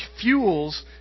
fuels